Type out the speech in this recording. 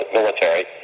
military